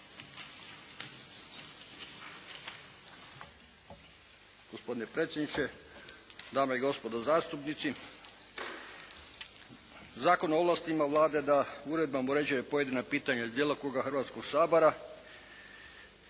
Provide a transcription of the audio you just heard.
Gospodine predsjedniče, dame i gospodo zastupnici. Zakon o ovlastima Vlade da uredbama uređuje pojedina pitanja iz djelokruga Hrvatskoga sabora